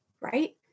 right